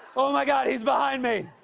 oh, my god, he's behind me!